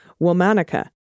Womanica